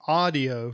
audio